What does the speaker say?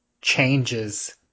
changes